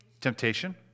Temptation